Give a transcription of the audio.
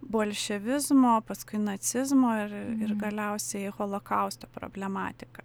bolševizmo paskui nacizmo ir ir galiausiai holokausto problematiką